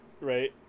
right